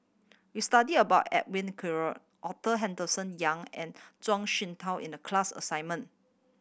we study about Edwin Koek Arthur Henderson Young and Zhuang Shengtao in the class assignment